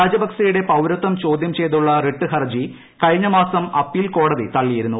രാജപക്സെയുടെ പൌരത്വം ചോദ്യം ചെയ്തുള്ള റിട്ട് ഹർജി കഴിഞ്ഞ മാസം അപ്പീൽ കോടതി തള്ളിയിരുന്നു